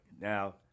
Now